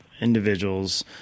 individual's